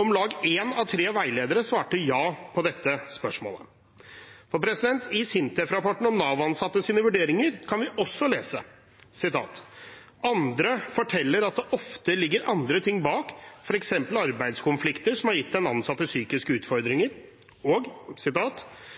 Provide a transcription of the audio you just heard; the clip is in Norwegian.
Om lag en av tre veiledere svarte ja på dette spørsmålet. I SINTEF-rapporten om Nav-ansattes vurderinger kan vi også lese: «Andre forteller at det ofte ligger andre ting bak, for eksempel arbeidskonflikter som har gitt den ansatte psykiske utfordringer. Kanskje er ikke arbeidsevnen egentlig nedsatt med over 50% og